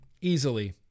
easily